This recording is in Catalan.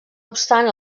obstant